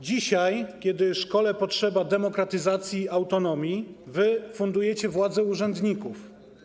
Dzisiaj, kiedy szkole potrzeba demokratyzacji i autonomii, wy fundujecie władzę urzędników.